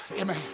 Amen